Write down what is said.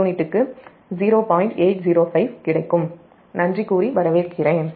0805 கிடைக்கும் நன்றி கூறி வரவேற்கிறேன்